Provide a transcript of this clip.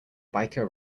biker